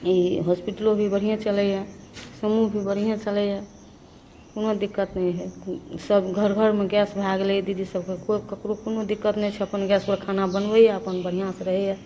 ई हॉसपिटलो भी बढ़िएँ चलैए समूह भी बढ़िएँ चलैए कोनो दिक्कत नहि हइ सब घर घरमे गैस भै गेलै दीदी सभकेँ कोइ ककरो कोनो दिक्कत नहि छै अपन गैसपर खाना बनबैए अपन बढ़िआँसे रहैए